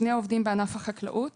שני עובדים בענף החקלאות